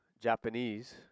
Japanese